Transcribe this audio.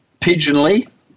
Pigeonly